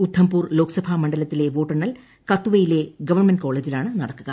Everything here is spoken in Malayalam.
ഉധംപൂർ ലോക്സഭാ മണ്ഡലത്തിലെ വോട്ടെണ്ണൽ കത്വവയിലെ ഗവൺമെന്റ് കോളേജിലാണ് നടക്കുക